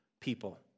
people